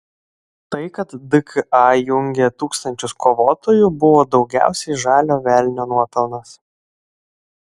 tai kad dka jungė tūkstančius kovotojų buvo daugiausiai žalio velnio nuopelnas